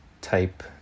type